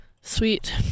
Sweet